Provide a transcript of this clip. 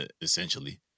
essentially